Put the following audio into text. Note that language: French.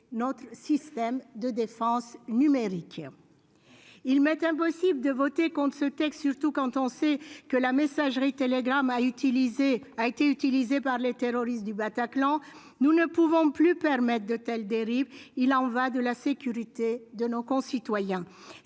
notre système de défense numérique. Il m'est impossible de voter contre ce texte, n'ignorant pas, en particulier, que la messagerie Telegram a été utilisée par les terroristes du Bataclan. Nous ne pouvons plus nous permettre de telles dérives : il y va de la sécurité de nos concitoyens.